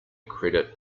credit